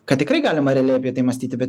kad tikrai galima realiai apie tai mąstyti bet